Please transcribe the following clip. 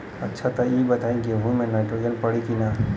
अच्छा त ई बताईं गेहूँ मे नाइट्रोजन पड़ी कि ना?